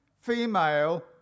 female